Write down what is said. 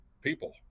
people